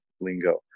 lingo